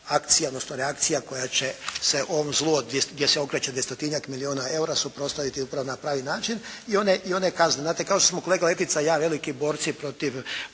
reakcija koja će se ovom zlu gdje se okreće 200-tinjak milijuna eura suprotstaviti upravo na pravi način. I one kazne, znate kao što smo kolega Letica i ja veliki borci protiv